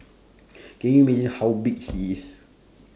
can you imagine how big he is